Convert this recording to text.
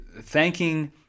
thanking